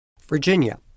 Virginia